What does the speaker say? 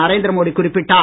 நரேந்திர மோடி குறிப்பிட்டார்